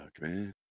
man